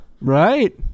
right